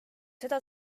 seda